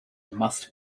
must